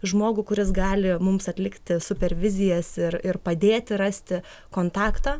žmogų kuris gali mums atlikti supervizijas ir ir padėti rasti kontaktą